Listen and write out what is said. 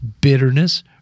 bitterness